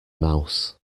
mouse